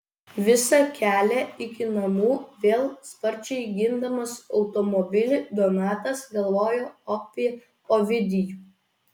visą kelią iki namų vėl sparčiai gindamas automobilį donatas galvojo apie ovidijų